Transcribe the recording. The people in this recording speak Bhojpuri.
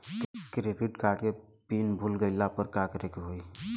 क्रेडिट कार्ड के पिन भूल गईला पर का करे के होई?